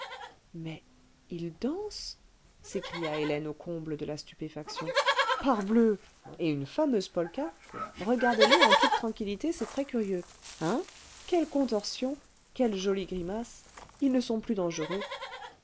hais ils dansent s'écria hélène au comble de la stupéfaction parbleu et une fameuse polka regardez-les en toute tranquillité c'est très curieux hein quelles contorsions quelles jolies grimaces ils ne sont plus dangereux